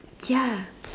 ya